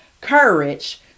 courage